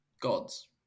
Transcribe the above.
gods